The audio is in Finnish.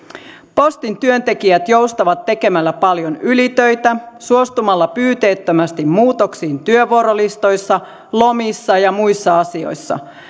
postin työntekijät joustavat tekemällä paljon ylitöitä suostumalla pyyteettömästi muutoksiin työvuorolistoissa lomissa ja muissa asioissa